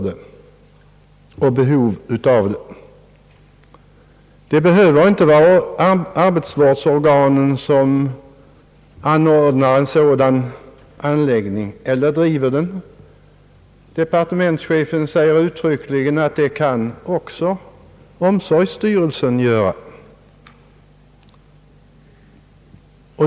Detta har också uttryckts i departementschefens uttalande. Det behöver inte nödvändigtvis vara arbetsvårdsorganen som anordnar en sådan anläggning eller driver den. Departementschefen säger uttryckligen att det kan också omsorgsstyrelsen göra.